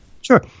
Sure